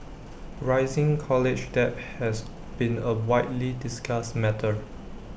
rising college debt has been A widely discussed matter